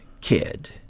kid